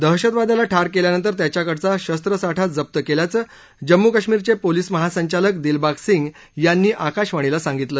दहशतवाद्याला ठार केल्यानंतर त्याच्याकडचा शस्त्र साठा जप्त केल्याचं जम्मू कश्मीरचे पोलीस महासंचालक दिलबाग सिंग यांनी आकाशवाणीला सांगितलं